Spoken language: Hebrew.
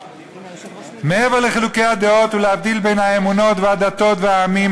מעבר לחילוקי הדעות ולהבדיל בין האמונות והדתות והעמים,